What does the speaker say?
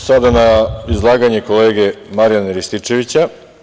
Sada na izlaganje kolege Marijana Rističevića.